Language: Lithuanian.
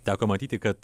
teko matyti kad